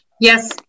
Yes